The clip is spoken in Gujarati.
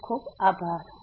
ખુબ ખુબ આભાર